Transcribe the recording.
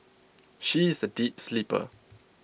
she is A deep sleeper